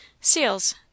Seals